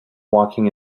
walking